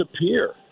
disappear